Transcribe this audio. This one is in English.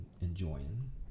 enjoying